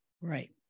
Right